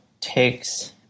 takes